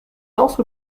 also